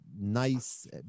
nice